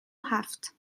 هفت